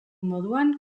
moduan